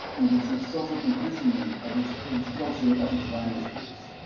in which he suffered imprisonment and its destruction of his manuscripts.